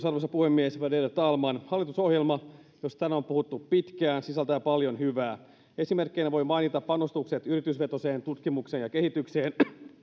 arvoisa puhemies värderade talman hallitusohjelma josta tänään on puhuttu pitkään sisältää paljon hyvää esimerkkeinä voi mainita panostukset yritysvetoiseen tutkimukseen ja kehitykseen